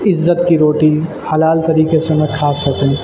عزت کی روٹی حلال طریقے سے میں کھا سکوں